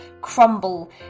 crumble